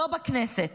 לא בכנסת.